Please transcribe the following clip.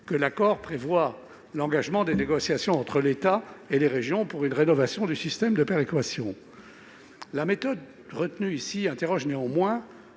que l'accord prévoie l'engagement de négociations entre l'État et les régions pour une rénovation du système de péréquation. Néanmoins, la méthode retenue interroge, dans